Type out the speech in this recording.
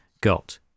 got